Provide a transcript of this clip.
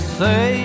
say